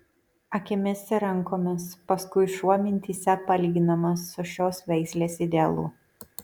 akimis ir rankomis paskui šuo mintyse palyginamas su šios veislės idealu